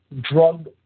drug